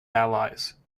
allies